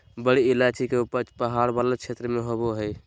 बड़ी इलायची के उपज पहाड़ वाला क्षेत्र में होबा हइ